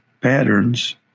patterns